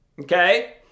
Okay